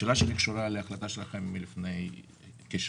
השאלה שלי קשורה להחלטה שלכם לפני כשנה